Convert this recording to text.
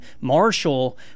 Marshall